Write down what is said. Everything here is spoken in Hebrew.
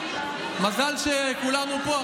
מזל שכולנו פה,